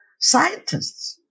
scientists